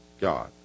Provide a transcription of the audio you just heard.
God